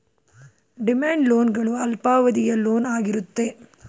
demand loan ಗಳು ಅಲ್ಪಾವಧಿಯ loan ಆಗಿರುತ್ತೆ